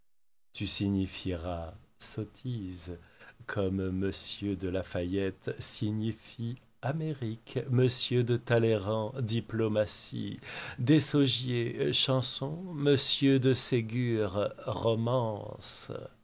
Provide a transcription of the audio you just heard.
tu signifierais sottise comme m de la fayette signifie amérique m de talleyrand diplomatie désaugiers chanson m de ségur romance